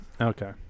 Okay